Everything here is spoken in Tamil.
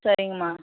சரிங்கம்மா